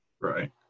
right